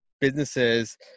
businesses